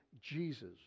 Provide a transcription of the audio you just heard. Jesus